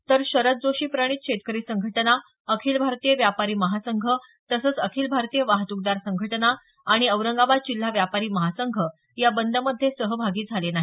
तर शरद जोशी प्रणीत शेतकरी संघटना अखिल भारतीय व्यापारी महासंघ तसंच अखिल भारतीय वाहत्कदार संघटना आणि औरंगाबाद जिल्हा व्यापारी महासंघही या बंदमध्ये सहभागी झाले नाही